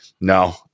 no